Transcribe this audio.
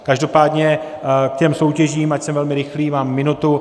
Každopádně k těm soutěžím, ač jsem velmi rychlý, mám minutu.